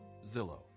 Zillow